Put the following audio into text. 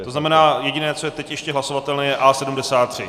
To znamená, jediné, co je teď ještě hlasovatelné, je A73.